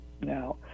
now